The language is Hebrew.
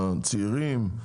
צעירים,